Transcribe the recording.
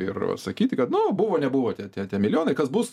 ir va sakyti kad nu buvo nebuvo tie tie tie milijonai kas bus